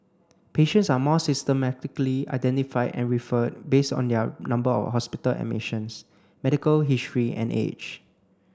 patients are more systematically identified and referred based on their number of hospital admissions medical history and age